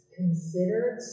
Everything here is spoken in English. considered